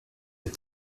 les